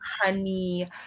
Honey